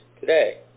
today